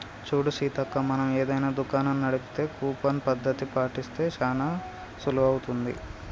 చూడు సీతక్క మనం ఏదైనా దుకాణం నడిపితే కూపన్ పద్ధతి పాటిస్తే పని చానా సులువవుతుంది